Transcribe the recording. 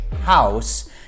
house